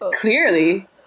clearly